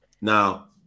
Now